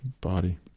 body